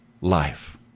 life